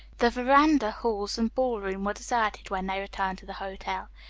the veranda, halls, and ballroom were deserted when they returned to the hotel.